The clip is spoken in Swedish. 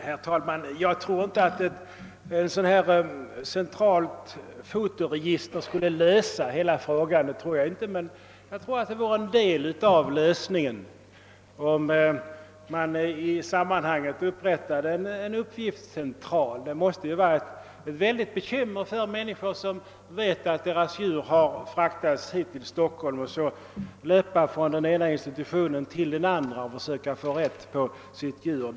Herr talman! Jag tror inte att ett sådant här centralt fotoregister skulle lösa hela problemet, men jag tror att det vore en del av lösningen, om man i sammanhanget upprättade en uppgiftscentral. Det måste ju vara ett stort bekymmer för människor som vet att deras djur fraktats hit till Stockholm att löpa från den ena institutionen till den andra för att försöka få rätt på djuren.